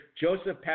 Joseph